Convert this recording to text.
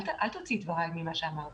אל תוציא את דבריי ממה שאמרתי,